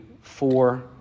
four